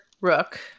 Rook